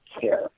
care